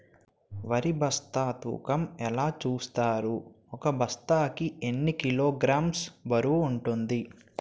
వరి బస్తా తూకం ఎలా చూస్తారు? ఒక బస్తా కి ఎన్ని కిలోగ్రామ్స్ బరువు వుంటుంది?